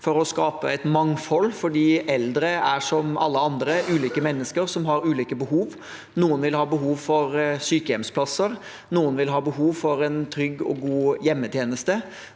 for å skape et mangfold, for som alle andre er eldre ulike mennesker med ulike behov. Noen vil ha behov for sykehjemsplass, noen vil ha behov for en trygg og god hjemmetjeneste,